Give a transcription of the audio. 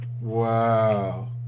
Wow